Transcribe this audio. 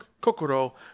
Kokoro